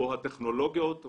הטכנולוגיות,